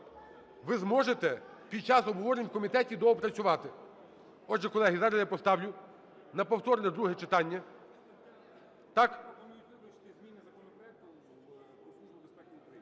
Ви зможете під час обговорень в комітеті доопрацювати. Отже, колеги, зараз я поставлю на повторне друге читання. Так?